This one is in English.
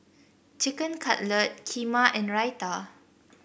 Chicken Cutlet Kheema and Raita